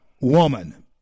woman